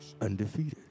Undefeated